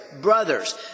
Brothers